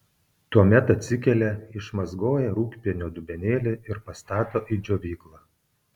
tuomet atsikelia išmazgoja rūgpienio dubenėlį ir pastato į džiovyklą